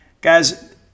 guys